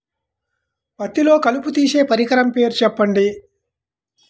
పత్తిలో కలుపు తీసే పరికరము పేరు చెప్పండి